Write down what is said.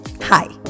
Hi